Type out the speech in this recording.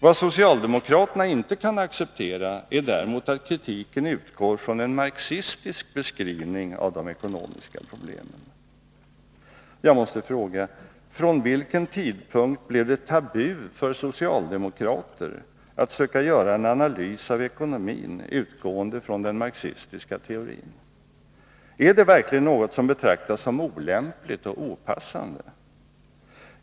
Vad socialdemokraterna inte kan acceptera är däremot att kritiken utgår från en marxistisk beskrivning av de ekonomiska problemen. Från vilken tidpunkt blev det tabu för socialdemokrater att söka göra en analys av ekonomin utgående från den marxistiska teorin? Är det verkligen något som betraktas som olämpligt och opassande?